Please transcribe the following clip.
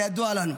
כידוע לנו.